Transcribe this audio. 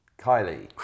Kylie